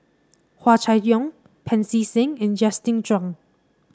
Hua Chai Yong Pancy Seng and Justin Zhuang